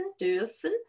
dürfen